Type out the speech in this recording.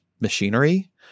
machinery